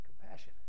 compassion